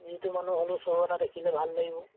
যিটো মানুহ হ'লেও শ্ব' এটা দেখিলে ভাল লাগিব